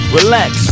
relax